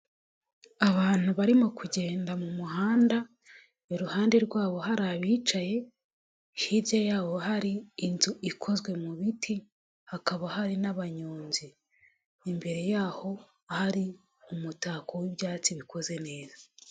Abantu barimo kugenda mu muhanda, iruhande rwabo hari abicaye, hirya yaho hari inzu ikozwe mu biti, hakaba hari n'abanyonzi. Imbere yaho hari umutako w'ibyatsi bikoze neza.